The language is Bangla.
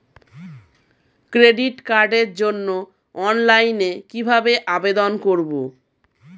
ক্রেডিট কার্ডের জন্য অনলাইনে কিভাবে আবেদন করব?